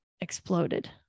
exploded